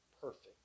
perfect